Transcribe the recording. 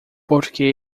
porque